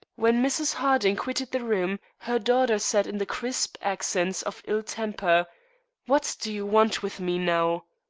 when mrs. harding quitted the room her daughter said in the crisp accents of ill-temper what do you want with me, now?